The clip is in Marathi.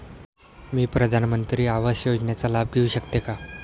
मी प्रधानमंत्री आवास योजनेचा लाभ घेऊ शकते का?